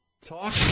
Talk